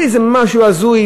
זה משהו הזוי,